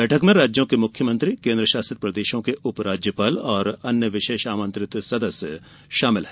बैठक में राज्यों के मुख्यमंत्री केन्द्र शासित प्रदेशों के उप राज्य्याल और अन्य विशेष आमंत्रित सदस्य शामिल हैं